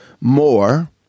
More